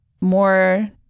more